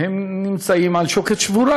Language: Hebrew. והם נמצאים בפני שוקת שבורה,